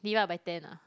divide by ten ah